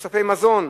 תוספי מזון.